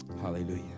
Hallelujah